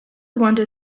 wander